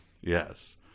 yes